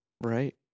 Right